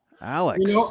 Alex